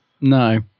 No